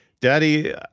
Daddy